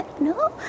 no